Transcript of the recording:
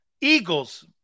Eagles